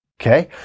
Okay